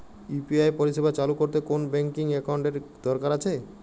UPI পরিষেবা চালু করতে কোন ব্যকিং একাউন্ট এর কি দরকার আছে?